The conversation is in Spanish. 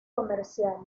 comercial